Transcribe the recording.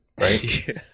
right